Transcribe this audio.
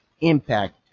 impact